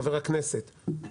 חבר הכנסת,